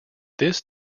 this